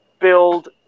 build